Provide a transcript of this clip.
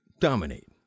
dominate